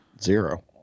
Zero